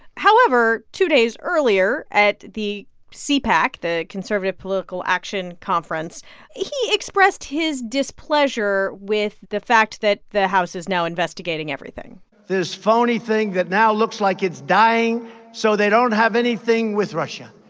however, two days earlier at the cpac the conservative political action conference he expressed his displeasure with the fact that the house is now investigating everything this phony thing that now looks like it's dying so they don't have anything with russia.